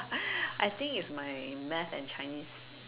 I think it's my math and Chinese